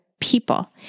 people